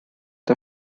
der